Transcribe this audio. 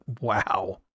wow